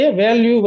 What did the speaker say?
value